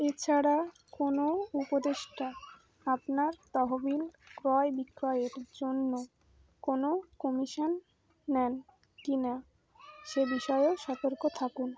এছাড়া কোনো উপদেশটা আপনার তহবিল ক্রয় বিক্রয়ের জন্য কোনো কমিশান নেন কি না সে বিষয়েও সতর্ক থাকুন